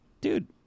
dude